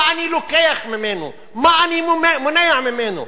מה אני לוקח ממנו, מה אני מונע ממנו.